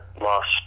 lost